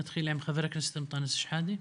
נתחיל עם חבר הכנסת מטאנס שחאדה.